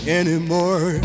anymore